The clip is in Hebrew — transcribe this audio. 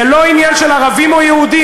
זה לא עניין של ערבים או יהודים,